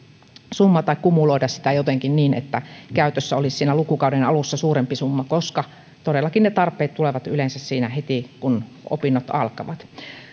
summa tai kumuloida sitä jotenkin niin että käytössä olisi siinä lukukauden alussa suurempi summa koska todellakin ne tarpeet tulevat yleensä siinä heti kun opinnot alkavat